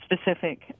specific